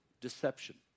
deception